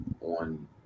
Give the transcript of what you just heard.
on